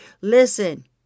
Listen